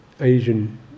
Asian